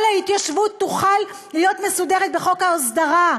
כל ההתיישבות תוכל להיות מסודרת בחוק ההסדרה.